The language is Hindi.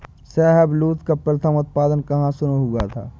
शाहबलूत का प्रथम उत्पादन कहां शुरू हुआ था?